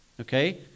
Okay